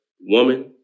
woman